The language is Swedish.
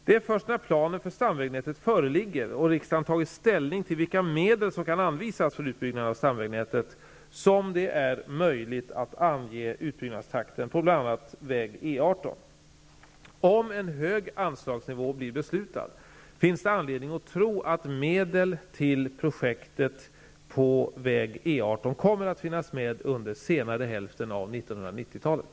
Det är först när planen för stamvägnätet föreligger och riksdagen tagit ställning till vilka medel som kan anvisas för utbyggnaden av stamvägnätet som det är möjligt att ange utbyggnadstakten på bl.a. väg E 18. Om en hög anslagsnivå blir beslutad finns det anledning att tro att medel till projekt på väg E 18 kommer att finnas med under senare hälften av 1990-talet.